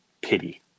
pity